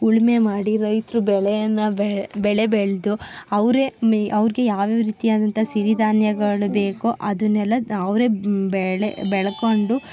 ಉಳುಮೆ ಮಾಡಿ ರೈತರು ಬೆಳೆಯನ್ನು ಬೆಳೆ ಬೆಳೆದು ಅವರೇ ಮೆ ಅವ್ರಿಗೆ ಯಾವ್ಯಾವ ರೀತಿಯಾದಂಥ ಸಿರಿಧಾನ್ಯಗಳು ಬೇಕು ಅದನ್ನೆಲ್ಲ ಅವರೇ ಬೆಳೆ ಬೆಳ್ಕೊಂಡು